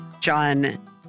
John